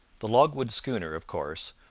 the logwood schooner, of course,